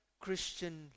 Christian